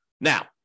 Now